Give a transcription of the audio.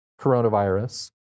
coronavirus